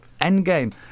Endgame